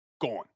gone